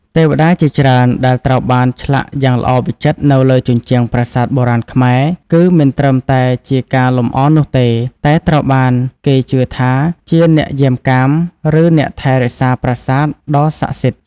ទេវតាជាច្រើនដែលត្រូវបានឆ្លាក់យ៉ាងល្អវិចិត្រនៅលើជញ្ជាំងប្រាសាទបុរាណខ្មែរ គឺមិនត្រឹមតែជាការលម្អនោះទេ តែត្រូវបានគេជឿថាជា អ្នកយាមកាម ឬ អ្នកថែរក្សាប្រាសាទ ដ៏ស័ក្តិសិទ្ធិ។